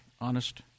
honest